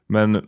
Men